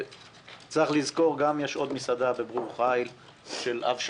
צריך לזכור שיש גם עוד מסעדה בברור חיל של אב שכול,